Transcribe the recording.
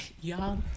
Y'all